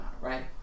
right